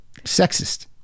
sexist